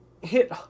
hit